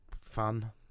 fun